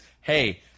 Hey